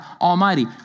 Almighty